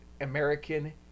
American